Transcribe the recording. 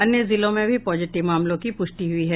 अन्य जिलों में भी पॉजिटिव मामलों की पुष्टि हुई है